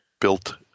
built